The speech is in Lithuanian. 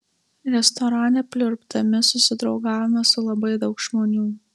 restorane pliurpdami susidraugavome su labai daug žmonių